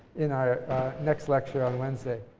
in our next lecture on wednesday.